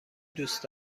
دوست